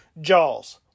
Jaws